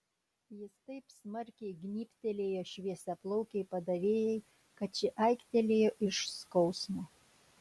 jis taip smarkiai gnybtelėjo šviesiaplaukei padavėjai kad ši aiktelėjo iš skausmo